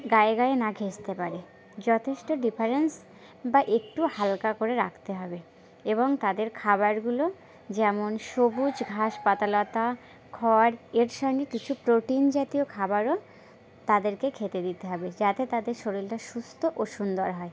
গায়ে গায়ে না ঘেঁষতে পারে যথেষ্ট ডিফারেন্স বা একটু হালকা করে রাখতে হবে এবং তাদের খাবারগুলো যেমন সবুজ ঘাস পাতালতা খড় এর সঙ্গে কিছু প্রোটিন জাতীয় খাবারও তাদেরকে খেতে দিতে হবে যাতে তাদের শরীরটা সুস্থ ও সুন্দর হয়